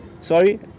Sorry